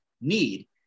need